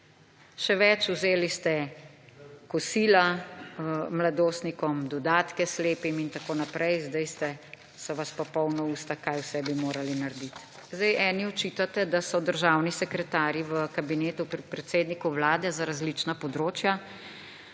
Še več, vzeli ste kosila mladostnikom, dodatke slepim in tako naprej, zdaj so vas pa polna usta, kaj vse bi morali narediti. Eni očitate, da so državni sekretarji v Kabinetu predsednika Vlade za različna področja.